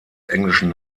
englischen